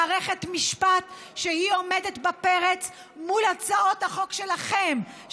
מערכת משפט עומדת בפרץ מול הצעות החוק שלכם,